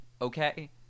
okay